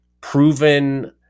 proven